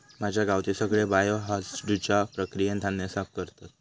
माझ्या गावचे सगळे बायो हासडुच्या प्रक्रियेन धान्य साफ करतत